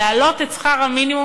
להעלות את שכר המינימום.